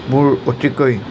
মোৰ অতিকৈ